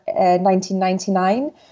1999